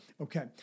Okay